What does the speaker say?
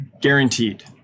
guaranteed